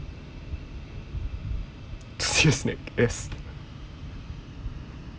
yes